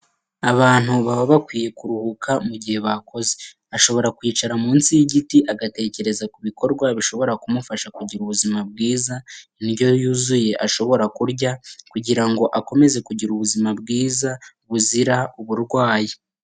Abantu baba bakwiye kuruhuka mu gihe bakoze. Ashobora kwicara munsi y'igiti agatekereza ku bikorwa bishobora kumufasha kugira ubuzima bwiza, indyo yuzuye ashobora kurya kugira ngo akomeze kugira ubuzima bwiza buzira uburwayi.